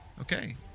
okay